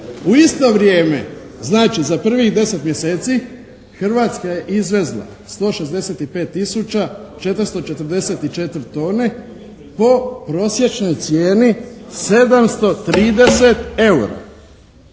U isto vrijeme, znači za prvih 10 mjeseci, Hrvatska je izvezla 165 tisuća 444 tone po prosječnoj cijeni 730 eura.